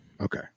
Okay